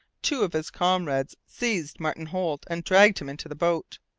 two of his comrades seized martin holt and dragged him into the boat.